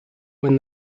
when